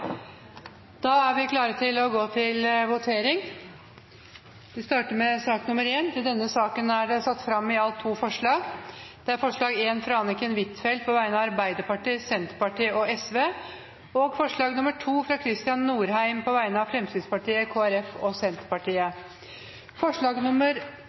Da er Stortinget klar til å gå til votering. Under debatten er det satt fram i alt to forslag. De er forslag nr. 1, fra Anniken Huitfeldt på vegne av Arbeiderpartiet, Senterpartiet og Sosialistisk Venstreparti forslag nr. 2, fra Kristian Norheim på vegne av Fremskrittspartiet, Kristelig Folkeparti og